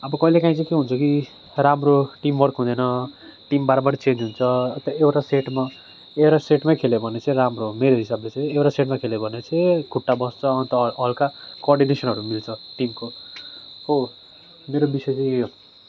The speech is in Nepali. अब कहिलेकाहीँ चाहिँ के हुन्छ कि राम्रो टिमवर्क हुँदैन टिम बार बार चेन्ज हुन्छ त्यो एउटा सेटमा एउटा सेटमा खेल्यो भने चाहिँ राम्रो हो मेरो हिसाबले चाहिँ एउटा सेटमा खेल्यो भने चाहिँ खुट्टा बस्छ अन्त हल्का कोर्डिनेसनहरू मिल्छ टिमको हो मेरो विषय चाहिँ यही हो